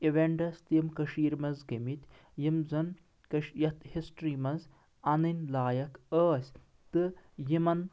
events تِم کٔشیٖرِ منٛز گٔمٕتۍ یِم زن کٔش یتھ ہسٹری منٛز انٕنۍ لایق ٲسۍ تہٕ یِمن